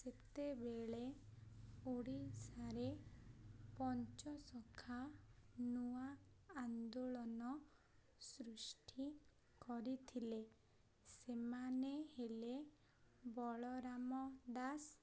ସେତେବେଳେ ଓଡ଼ିଶାରେ ପଞ୍ଚସଖା ନୂଆ ଆନ୍ଦୋଳନ ସୃଷ୍ଟି କରିଥିଲେ ସେମାନେ ହେଲେ ବଳରାମ ଦାସ